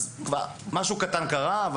משהו קטן קרה.